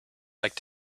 like